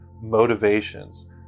motivations